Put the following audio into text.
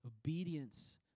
Obedience